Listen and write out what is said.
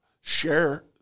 share